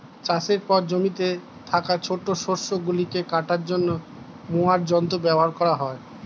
চাষের পর জমিতে থাকা ছোট শস্য গুলিকে কাটার জন্য মোয়ার যন্ত্র ব্যবহার করা হয়